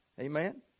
Amen